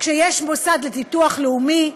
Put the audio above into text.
כשיש מוסד לביטוח לאומי,